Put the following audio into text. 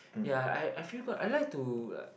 ya I I feel got I like to like